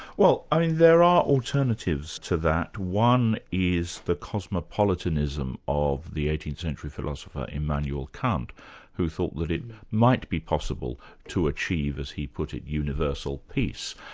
well, there are alternatives to that. one is the cosmopolitanism of the eighteenth century philosopher immanuel kant, who thought that it might be possible to achieve, as he put it, universal peace,